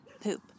poop